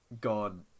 God